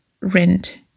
rent